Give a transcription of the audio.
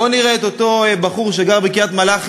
בואו נראה את אותו בחור שגר בקריית-מלאכי,